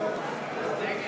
נא להצביע.